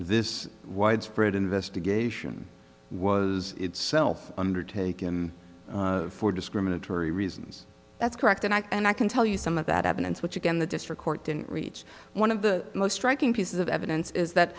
this widespread investigation was itself undertaken for discriminatory reasons that's correct and i and i can tell you some of that evidence which again the district court didn't reach one of the most striking pieces of evidence is that